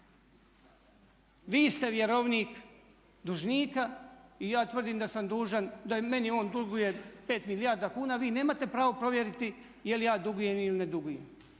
Vi ste vjerovnik dužnika i ja tvrdim da sam dužan, da meni on duguje 5 milijarda kuna, vi nemate pravo provjeriti je li ja dugujem ili ne dugujem,